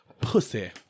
pussy